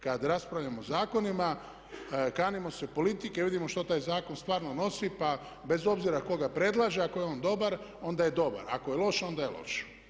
Kad raspravljamo o zakonima kanimo se politike, vidimo što taj zakon stvarno nosi, pa bez obzira tko ga predlaže, ako je on dobar onda je dobar, ako je loš onda je loš.